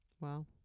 Wow